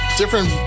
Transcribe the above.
different